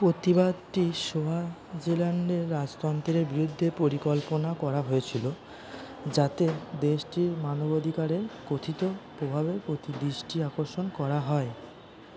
প্রতিবাদটি সোয়াজিল্যান্ডের রাজতন্ত্রের বিরুদ্ধে পরিকল্পনা করা হয়েছিলো যাতে দেশটির মানব অধিকারে কথিত প্রভাবের প্রতি দৃষ্টি আকর্ষণ করা হয়